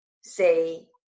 say